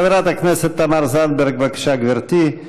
חברת הכנסת תמר זנדברג, בבקשה, גברתי.